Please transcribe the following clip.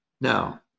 Now